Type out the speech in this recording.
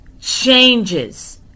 changes